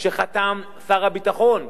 שחתם שר הביטחון,